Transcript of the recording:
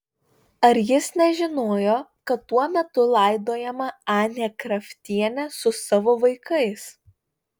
ar jis nežinojo kad tuo metu laidojama anė kraftienė su savo vaikais